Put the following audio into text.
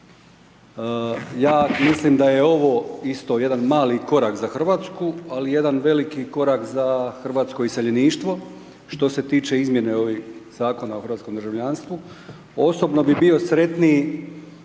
Ja mislim da je ovo isto jedan mali korak za Hrvatsku, ali jedan veliki korak za hrvatsko iseljeništvo, što se tiče izmjene ovih zakona o hrvatskom državljanstvu.